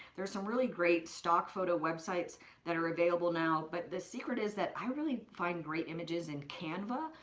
there's some really great stock photo websites that are available now, but the secret is that i really find great images in canva.